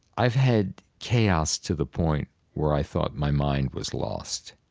i've had chaos to the point where i thought my mind was lost,